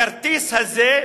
הכרטיס הזה,